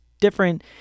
different